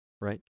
Right